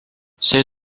see